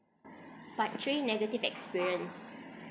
part three negative experience